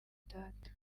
data